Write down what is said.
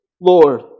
Lord